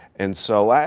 and so,